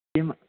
किं